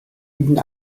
ibn